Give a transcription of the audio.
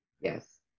Yes